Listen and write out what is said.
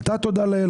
עלתה תודה לאל,